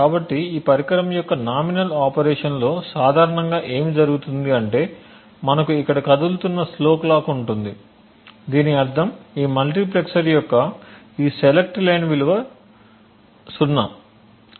కాబట్టి ఈ పరికరం యొక్క నామినల్ ఆపరేషన్లో సాధారణంగా ఏమి జరుగుతుందంటే మనకు ఇక్కడ కదులుతున్న స్లో క్లాక్ ఉంటుంది దీని అర్థం ఈ మల్టీప్లెక్సర్ యొక్క ఈ సెలెక్ట్ లైన్ విలువ 0